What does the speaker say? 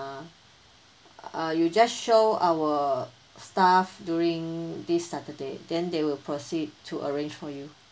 uh you just show our staff during this saturday then they will proceed to arrange for you